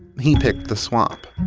he picked the swamp.